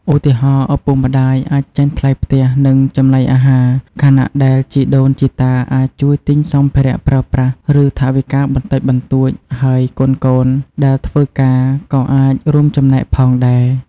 ឧទាហរណ៍ ឪពុកម្តាយអាចចេញថ្លៃផ្ទះ និងចំណីអាហារ ខណៈដែលជីដូនជីតាអាចជួយទិញសម្ភារៈប្រើប្រាស់ ឬថវិកាបន្តិចបន្តួច ហើយកូនៗដែលធ្វើការក៏អាចរួមចំណែកផងដែរ។